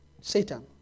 Satan